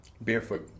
Barefoot